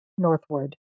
northward